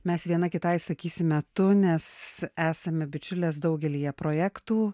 mes viena kitai sakysime tu nes esame bičiulės daugelyje projektų